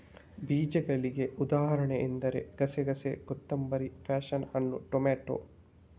ಬೀಜಗಳಿಗೆ ಉದಾಹರಣೆ ಎಂದರೆ ಗಸೆಗಸೆ, ಕೊತ್ತಂಬರಿ, ಪ್ಯಾಶನ್ ಹಣ್ಣು, ಟೊಮೇಟೊ